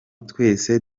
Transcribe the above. twese